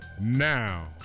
Now